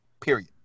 Period